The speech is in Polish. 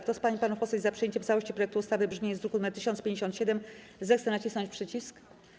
Kto z pań i panów posłów jest za przyjęciem w całości projektu ustawy w brzmieniu z druku nr 1057, zechce nacisnąć przycisk.